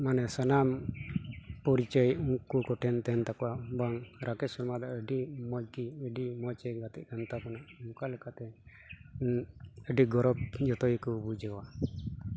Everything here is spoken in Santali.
ᱢᱟᱱᱮ ᱥᱟᱱᱟᱢ ᱯᱚᱨᱤᱪᱚᱭ ᱩᱱᱠᱩ ᱠᱚᱴᱷᱮᱱ ᱛᱟᱦᱮᱱ ᱛᱟᱠᱚᱣᱟ ᱵᱟᱝ ᱨᱟᱠᱮᱥ ᱟᱹᱰᱤ ᱢᱚᱡᱽ ᱜᱮ ᱟᱹᱰᱤ ᱢᱚᱡᱽ ᱜᱟᱛᱮ ᱠᱟᱱ ᱛᱟᱵᱚᱱᱟ ᱚᱱᱠᱟ ᱞᱮᱠᱟᱛᱮ ᱟᱹᱰᱤ ᱜᱚᱨᱚᱵᱽ ᱡᱚᱛᱚ ᱜᱮᱠᱚ ᱵᱩᱡᱷᱟᱹᱣᱟ